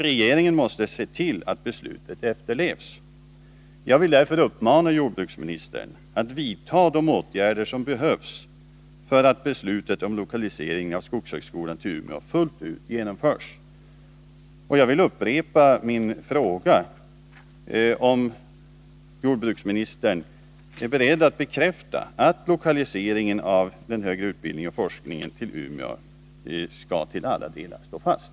Regeringen måste se till att Jag vill därför uppmana jordbruksministern att vidta de åtgärder som behövs för att beslutet om lokaliseringen av skogshögskolan till Umeå fullt ut genomförs. Och jag vill upprepa min fråga: Är jordbruksministern beredd att bekräfta att beslutet om lokaliseringen av den högre utbildningen och forskningen till Umeå till alla delar skall stå fast?